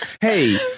hey